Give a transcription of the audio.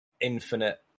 infinite